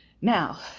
Now